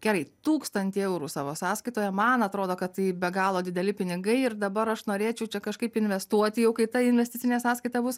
gerai tūkstantį eurų savo sąskaitoje man atrodo kad tai be galo dideli pinigai ir dabar aš norėčiau čia kažkaip investuoti jau kai ta investicinė sąskaita bus